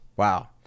Wow